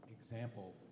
example